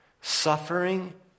Suffering